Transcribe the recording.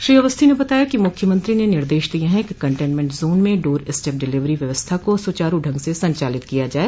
श्री अवस्थी ने बताया कि मुख्यमंत्री ने निर्देश दिए हैं कि कन्टेनमेंट जोन में डोर स्टेप डिलीवरी व्यवस्था को सुचारु ढंग से संचालित किया जाए